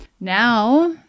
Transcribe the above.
Now